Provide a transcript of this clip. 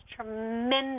tremendous